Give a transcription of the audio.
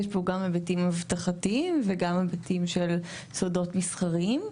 יש פה גם היבטים אבטחתיים וגם היבטים של סודות מסחריים.